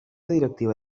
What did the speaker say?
directiva